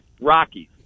Rockies